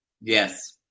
yes